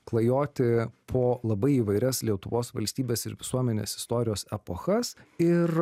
klajoti po labai įvairias lietuvos valstybės ir visuomenės istorijos epochas ir